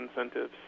incentives